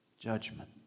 judgment